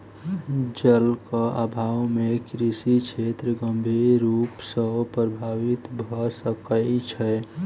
जलक अभाव से कृषि क्षेत्र गंभीर रूप सॅ प्रभावित भ सकै छै